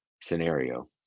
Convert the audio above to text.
scenario